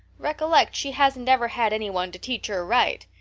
recollect she hasn't ever had anyone to teach her right.